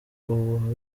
uba